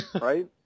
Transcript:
right